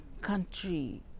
country